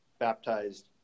baptized